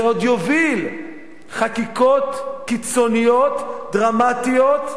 זה עוד יוביל חקיקות קיצוניות, דרמטיות,